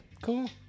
Cool